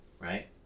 Right